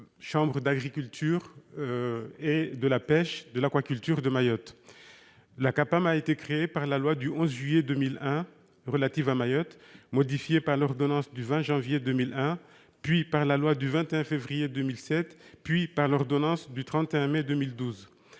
chambre d'agriculture, de la pêche et de l'aquaculture de Mayotte (Capam), créée par la loi du 11 juillet 2001 relative à Mayotte, modifiée par l'ordonnance du 20 janvier 2001, par la loi du 21 février 2007 et, enfin, par l'ordonnance du 31 mai 2012.